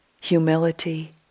humility